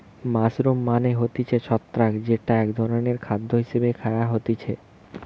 mushroom মানে হতিছে ছত্রাক যেটা এক ধরণের খাদ্য হিসেবে খায়া হতিছে